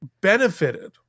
benefited